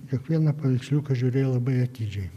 kiekvieną paveiksliuką žiūrėjo labai atidžiai